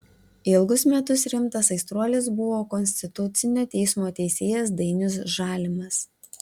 ilgus metus rimtas aistruolis buvo konstitucinio teismo teisėjas dainius žalimas